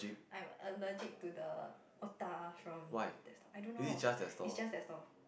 I'm allergic to the otah from that stall I don't know it's just that stall